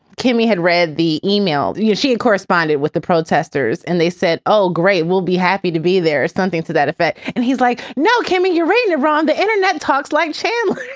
kimmy had read the email. you know she had corresponded with the protesters and they said, oh, great, we'll be happy to be there. something to that effect and he's like, no camie urania wrong the internet talks like channel